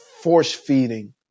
force-feeding